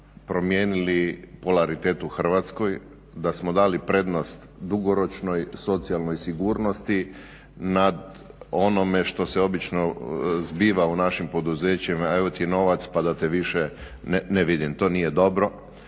promijenili polaritet u Hrvatskoj, da smo dali prednost dugoročnoj socijalnoj sigurnosti nad onome što se obično zbiva u našim poduzećima, evo ti novac pa da te više ne vidim. To nije dobro.